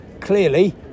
clearly